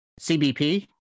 CBP